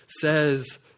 says